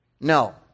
No